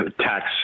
tax